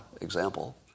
example